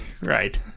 Right